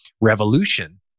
revolution